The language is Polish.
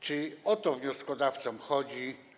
Czy o to wnioskodawcom chodzi?